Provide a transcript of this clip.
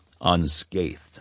unscathed